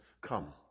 come